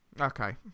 okay